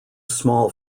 small